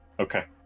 Okay